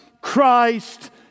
Christ